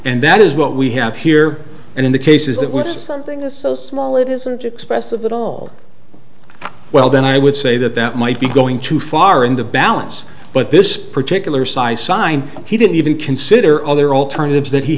and that is what we have here and in the cases that when something is so small it isn't expressive at all well then i would say that that might be going too far in the balance but this particular size sign he didn't even consider other alternatives that he